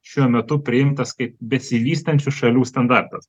šiuo metu priimtas kaip besivystančių šalių standartas